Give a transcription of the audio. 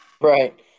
Right